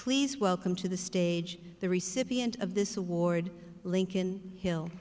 please welcome to the stage the recipient of this award lincoln hill